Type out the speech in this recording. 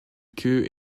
queue